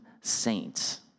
saints